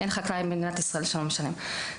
אין חקלאי במדינת ישראל שלא משלם.